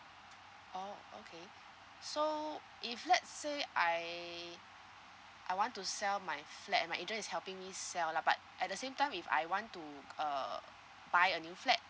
oh okay so if let's say I I want to sell my flat and my agent is helping me sell lah but at the same time if I want to uh buy a new flat